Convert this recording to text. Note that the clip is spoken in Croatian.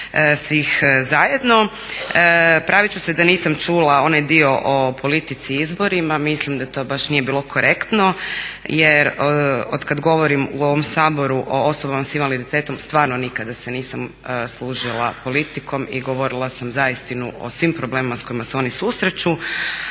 svih zajedno. Pravit ću se da nisam čula onaj dio o politici i izborima, mislim da to nije bilo baš korektno jer od kada govorim u ovom Saboru o osobama s invaliditetom stvarno nikada se nisam služila politikom i govorila sam zaistinu o svim problemima s kojima se oni susreću.